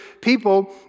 people